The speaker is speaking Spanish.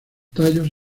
tallos